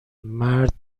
مرد